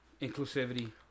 Inclusivity